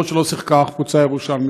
אפילו שלא שיחקה קבוצה ירושלמית.